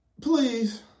please